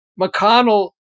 McConnell